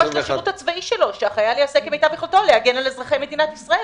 הצבאי שהחייל יעשה כמיטב יכולתו להגן על אזרחי מדינת ישראל.